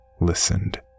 listened